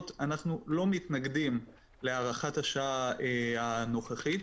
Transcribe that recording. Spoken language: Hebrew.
לא מתנגדים להארכת הוראת השעה הנוכחית.